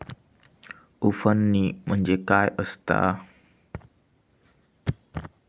उफणणी म्हणजे काय असतां?